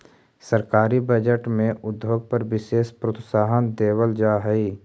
सरकारी बजट में उद्योग पर विशेष प्रोत्साहन देवल जा हई